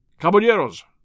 Caballeros